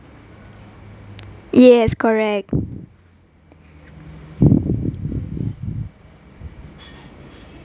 yes correct